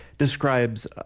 describes